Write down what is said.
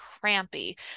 crampy